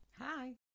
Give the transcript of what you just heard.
Hi